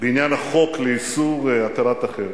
בעניין החוק לאיסור הטלת החרם,